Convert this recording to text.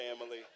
family